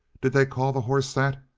did they call the horse that?